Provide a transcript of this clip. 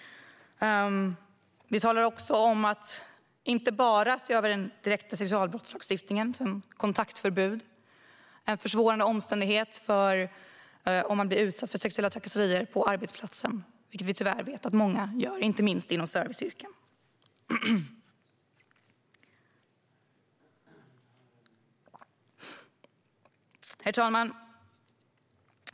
Vi talar också om att se över den direkta sexualbrottslagstiftningen, som kontaktförbud. Det är en försvårande omständighet om man blir utsatt för sexuella trakasserier på arbetsplatsen, vilket många tyvärr drabbas av. Det gäller inte minst serviceyrken. Herr talman!